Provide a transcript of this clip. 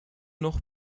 noch